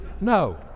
No